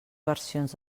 versions